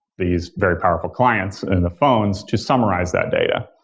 these very powerful clients in the phones to summarize that data.